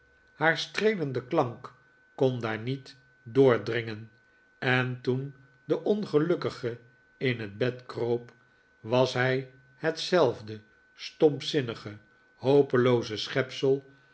haar streelende klank kon daar niet doordringen en toen de ongelukkige in bed kroop was hij hetzelfde stompzinnige hopelooze